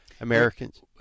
Americans